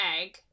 egg